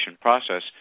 process